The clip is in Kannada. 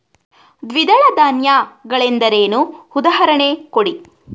ದ್ವಿದಳ ಧಾನ್ಯ ಗಳೆಂದರೇನು, ಉದಾಹರಣೆ ಕೊಡಿ?